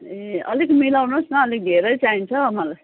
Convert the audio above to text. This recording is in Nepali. ए अलिक मिलाउनुहोस् न अलिक धेरै चाहिन्छ हो मलाई